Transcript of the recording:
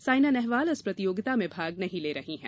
साइना नेहवाल इस प्रतियोगिता में भाग नहीं ले रही हैं